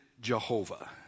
Jehovah